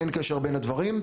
אין קשר בין הדברים.